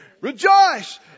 Rejoice